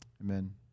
Amen